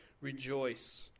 Rejoice